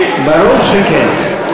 ברור שכן.